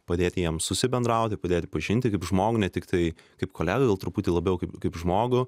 padėti jiem susibendrauti padėti pažinti kaip žmogų ne tiktai kaip kolegą gal truputį labiau kaip kaip žmogų